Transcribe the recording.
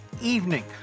evening